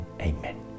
Amen